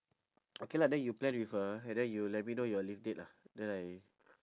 okay lah then you plan with her and then you let me know your leave date lah then I